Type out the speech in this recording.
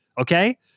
okay